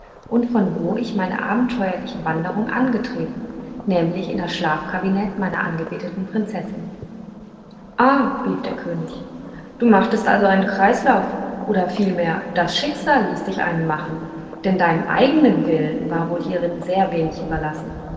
und von wo ich meine abenteuerliche wanderung angetreten nämlich in das schlafkabinett meiner angebeteten prinzessin ah rief der könig du machtest also einen kreislauf oder vielmehr das schicksal ließ dich einen machen denn deinem eignen willen war wohl hierin sehr wenig überlassen